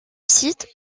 site